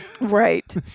Right